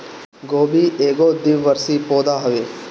गोभी एगो द्विवर्षी पौधा हवे